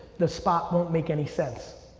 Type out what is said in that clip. the spot won't make any sense.